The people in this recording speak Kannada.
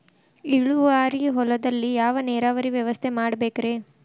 ಇಳುವಾರಿ ಹೊಲದಲ್ಲಿ ಯಾವ ನೇರಾವರಿ ವ್ಯವಸ್ಥೆ ಮಾಡಬೇಕ್ ರೇ?